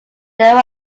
their